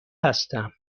هستم